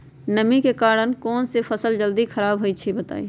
नमी के कारन कौन स फसल जल्दी खराब होई छई बताई?